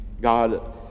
God